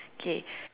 okay